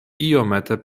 iomete